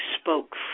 spoke